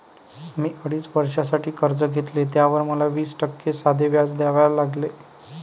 मी अडीच वर्षांसाठी कर्ज घेतले, त्यावर मला वीस टक्के साधे व्याज द्यावे लागले